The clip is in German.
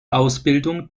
ausbildung